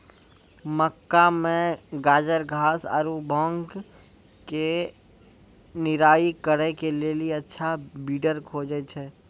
मक्का मे गाजरघास आरु भांग के निराई करे के लेली अच्छा वीडर खोजे छैय?